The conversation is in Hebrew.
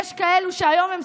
תיאום,